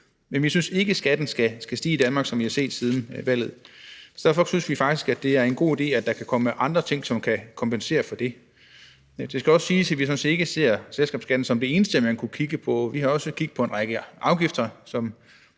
men vi synes ikke, at skatten i Danmark skal stige, som vi har set siden valget. Derfor synes vi faktisk, at det er en god idé, at der kan komme andre ting, som kan kompensere for det. Det skal også siges, at vi sådan set ikke ser selskabsskatten som det eneste, man kunne kigge på. Vi har også kig på en række afgifter,